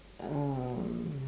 um